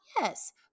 Yes